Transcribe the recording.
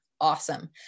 awesome